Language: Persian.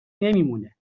نمیمونه